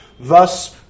Thus